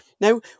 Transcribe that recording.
Now